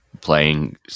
playing